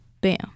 bam